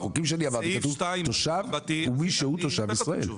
בחוקים שאני העברתי כתוב תושב הוא מי שהוא תושב ישראל.